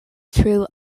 true